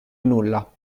nulla